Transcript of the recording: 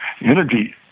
energy